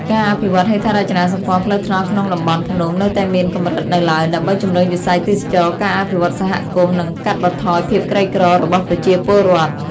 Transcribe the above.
ការអភិវឌ្ឍហេដ្ឋារចនាសម្ព័ន្ធផ្លូវថ្នល់ក្នុងតំបន់ភ្នំនៅតែមានកម្រិតនៅឡើយ ដើម្បីជំរុញវិស័យទេសចរណ៍ ការអភិវឌ្ឍន៍សហគមន៍ និងកាត់បន្ថយភាពក្រីក្ររបស់ប្រជាពលរដ្ឋ។